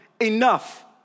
enough